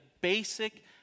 basic